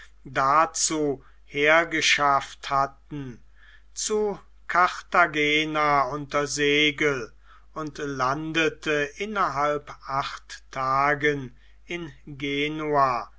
dazu hergeschafft hatten zu carthagena unter segel und landete innerhalb acht tagen in genua